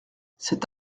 cet